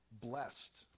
blessed